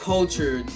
culture